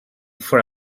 for